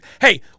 Hey